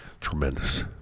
Tremendous